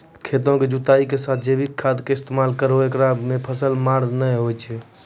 खेतों के जुताई के साथ जैविक खाद के इस्तेमाल करहो ऐकरा से फसल मार नैय होय छै?